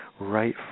right